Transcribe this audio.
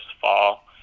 fall